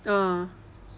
!ee! mm